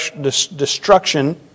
destruction